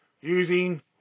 Using